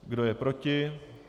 Kdo je proti?